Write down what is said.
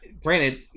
Granted